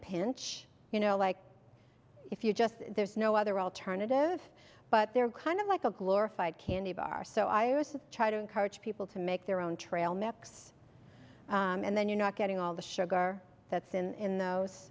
pinch you know like if you just there's no other alternative but they're kind of like a glorified candy bar so ioseph try to encourage people to make their own trail mix and then you're not getting all the sugar that's in those